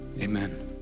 Amen